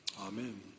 Amen